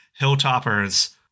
Hilltoppers